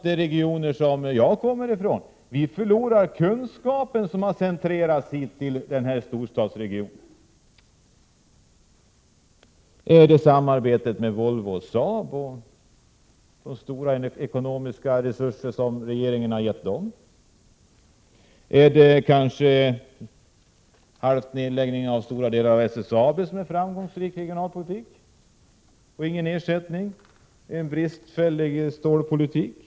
De regioner som jag kommer från förlorar kunskapen, som har centrerats hit till den här storstadsregionen. Är det samarbetet med Volvo och Saab och de stora ekonomiska resurser som regeringen har gett dem som är framgångsrik regionalpolitik? Eller är det kanske nedläggningen av stora delar av SSAB - utan ersättning? Är det den bristfälliga stålpolitiken?